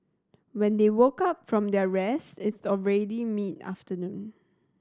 when they woke up from their rest it's already mid afternoon